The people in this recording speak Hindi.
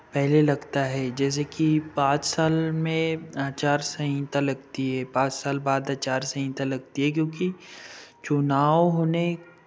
पहले लगता है जैसे कि पाँच साल में आचारसंहिता लगती है पाँच साल बाद आचारसंहिता लगती है क्योंकि चुनाव होने